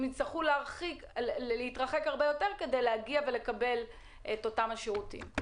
שעכשיו הם יצטרכו להתרחק הרבה יותר כדי לקבל את אותם השירותים?